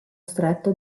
stretto